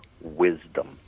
wisdom